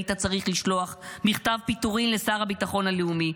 היית צריך לשלוח מכתב פיטורין לשר הביטחון הלאומי,